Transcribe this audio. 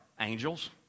angels